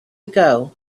ago